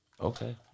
okay